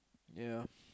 ya